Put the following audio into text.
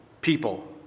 people